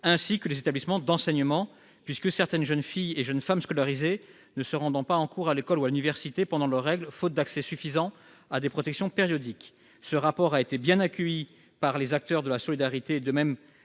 ainsi que les établissements d'enseignement, puisque certaines jeunes filles et jeunes femmes scolarisées ne se rendent pas en cours à l'école ou à l'université pendant leurs règles faute d'accès suffisant à des protections périodiques. Ce rapport a été bien accueilli par les acteurs de la solidarité, de même